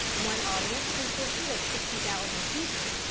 one audience consisted of sixty thousand people.